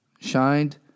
shined